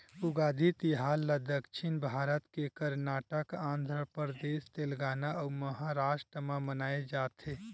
उगादी तिहार ल दक्छिन भारत के करनाटक, आंध्रपरदेस, तेलगाना अउ महारास्ट म मनाए जाथे